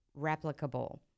replicable